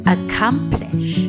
Accomplish